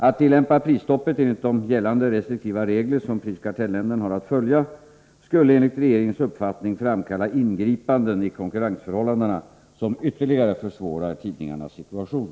Att tillämpa prisstoppet enligt de gällande restriktiva reglerna, vilka prisoch kartellnämnden har att följa, skulle enligt regeringens uppfattning framkalla ingripanden i konkurrensförhållandena som ytterligare försvårar tidningarnas situation.